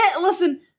listen